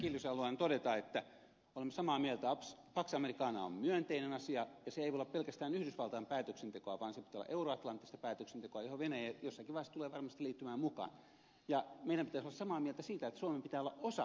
kiljuselle haluan todeta että olemme samaa mieltä pax americana on myönteinen asia ja se ei voi olla pelkästään yhdysvaltain päätöksentekoa vaan sen pitää olla euroatlanttista päätöksentekoa johon venäjä jossakin vaiheessa tulee varmasti liittymään mukaan ja meidän pitäisi olla samaa mieltä siitä että suomen pitää olla osa tätä päätöksentekokoneistoa